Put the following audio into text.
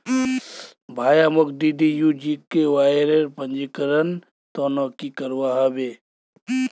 भाया, मोक डीडीयू जीकेवाईर पंजीकरनेर त न की करवा ह बे